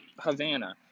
Havana